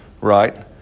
Right